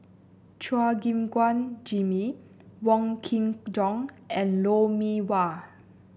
Chua Gim Guan Jimmy Wong Kin Jong and Lou Mee Wah